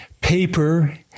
paper